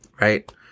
right